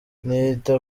ntiyita